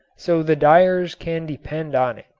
so the dyers can depend on it.